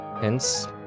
Hence